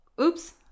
oops